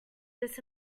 this